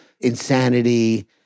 insanity